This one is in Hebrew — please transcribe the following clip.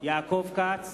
יעקב כץ,